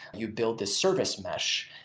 you build this service mesh.